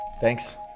Thanks